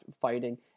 fighting